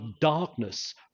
darkness